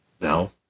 No